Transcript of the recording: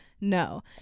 no